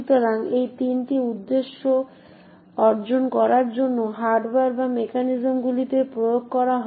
সুতরাং এই তিনটি উদ্দেশ্য অর্জন করার জন্য হার্ডওয়্যার বা মেকানিজমগুলিতে প্রয়োগ করা হয়